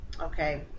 Okay